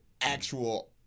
actual